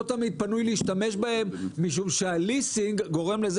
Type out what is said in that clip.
לא תמיד פנוי להשתמש בהן משום שהליסינג גורם לזה